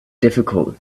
difficult